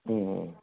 ಹ್ಞ್ ಹ್ಞ್